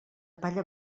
palla